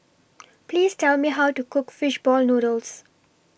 Please Tell Me How to Cook Fish Ball Noodles